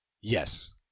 Yes